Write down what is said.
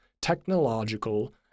technological